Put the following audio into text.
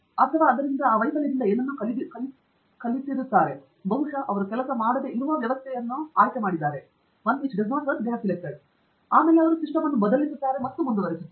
ಅವರು ಅದರಿಂದ ಏನನ್ನಾದರೂ ಕಲಿಯುತ್ತಾರೆ ಬಹುಶಃ ಅವರು ಕೆಲಸ ಮಾಡದಿರುವ ವ್ಯವಸ್ಥೆಯನ್ನು ಆಯ್ಕೆ ಮಾಡಿದ್ದಾರೆ ಮತ್ತು ಅವರು ಸಿಸ್ಟಮ್ ಅನ್ನು ಬದಲಿಸುತ್ತಾರೆ ಮತ್ತು ಮುಂದುವರಿಯುತ್ತಾರೆ